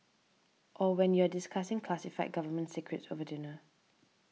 or when you're discussing classified government secrets over dinner